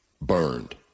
burned